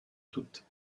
toutes